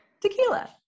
Tequila